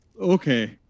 Okay